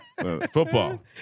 Football